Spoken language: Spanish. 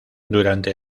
durante